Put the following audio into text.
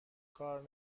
کار